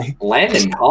Landon